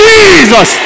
Jesus